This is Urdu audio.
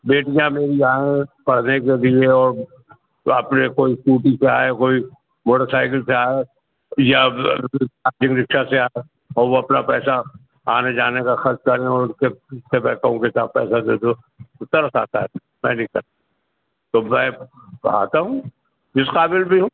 بیٹیاں میری آئیں پڑھنے کے لیے اور آپ نے کوئی اسکوٹی سے آئے کوئی موٹر سائیکل سے آئے یا بیٹری رکشہ سے آئے اور وہ اپنا پیسہ آنے جانے کا خرچ کریں اور ان سے میں کہوں کے صاحب پیسہ دے دو تو ترس آتا ہے میں تو میں پڑھاتا ہوں جس قابل بھی ہوں